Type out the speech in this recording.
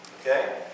okay